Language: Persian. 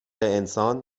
انسان